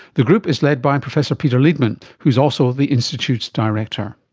the group is led by and professor peter leedman, who was also the institute's director.